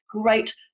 Great